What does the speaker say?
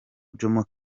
jomo